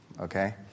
Okay